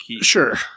Sure